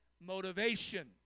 motivation